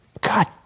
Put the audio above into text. God